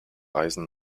reisen